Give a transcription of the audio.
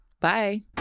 Bye